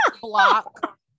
block